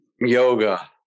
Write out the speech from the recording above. yoga